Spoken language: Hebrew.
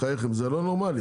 בחייכם זה לא נורמלי.